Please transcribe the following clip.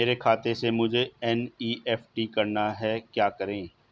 मेरे खाते से मुझे एन.ई.एफ.टी करना है क्या करें?